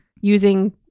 using